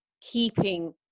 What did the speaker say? keeping